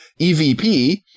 EVP